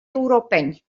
europeni